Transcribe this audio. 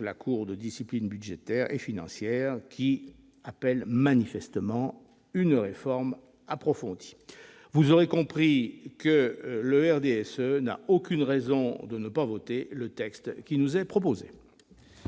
la Cour de discipline budgétaire et financière, qui appelle manifestement une réforme approfondie. Vous aurez compris que le RDSE n'a aucune raison de ne pas voter le texte qui nous est ici proposé.